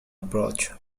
approach